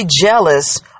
jealous